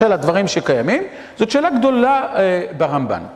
אלה הדברים שקיימים, זאת שאלה גדולה ברמב"ן.